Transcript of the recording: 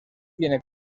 tiene